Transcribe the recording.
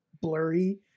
blurry